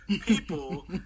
people